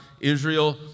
Israel